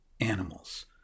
animals